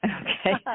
Okay